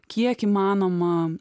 kiek įmanoma